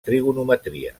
trigonometria